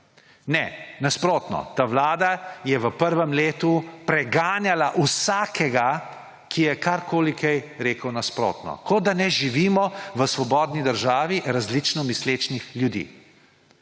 Ne, nasprotno! Ta vlada je v prvem letu preganjala vsakega, ki je rekel karkoli nasprotno. Kot da ne živimo v svobodni državi različno mislečih ljudi.